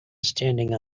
standing